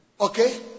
okay